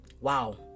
wow